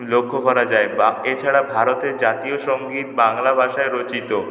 লক্ষ্য করা যায় বা এছাড়া ভারতে জাতীয় সঙ্গীত বাংলা ভাষায় রচিত